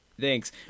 Thanks